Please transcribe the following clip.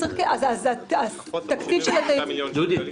אז תקציב של --- החוסר הוא 170 מיליון שקלים.